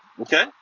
Okay